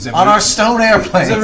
yeah on our stone airplane.